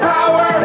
Power